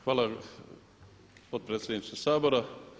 Hvala potpredsjedniče Sabora.